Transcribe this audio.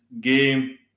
game